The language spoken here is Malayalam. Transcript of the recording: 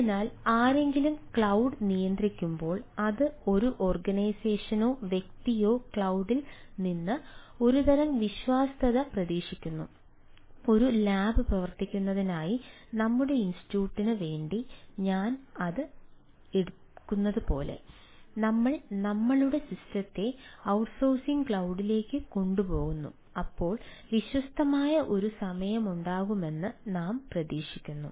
അതിനാൽ ആരെങ്കിലും ക്ലൌഡ് നിയന്ത്രിക്കുമ്പോൾ അത് ഒരു ഓർഗനൈസേഷനോ വ്യക്തിയോ ക്ലൌഡിൽ നിന്ന് ഒരുതരം വിശ്വാസ്യത പ്രതീക്ഷിക്കുന്നു ഒരു ലാബ് പ്രവർത്തിപ്പിക്കുന്നതിനായി നമ്മുടെ ഇൻസ്റ്റിറ്റ്യൂട്ടിന് വേണ്ടി ഞാൻ അത് എടുക്കുന്നതുപോലെ ഞങ്ങൾ ഞങ്ങളുടെ സിസ്റ്റത്തെ ഔട്ട്സോഴ്സിംഗ് ക്ലൌഡിലേക്ക് കൊണ്ടുപോകുന്നു അപ്പോൾ വിശ്വസ്തമായ ഒരു സമയമുണ്ടാകുമെന്ന് ഞാൻ പ്രതീക്ഷിക്കുന്നു